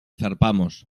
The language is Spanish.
zarpamos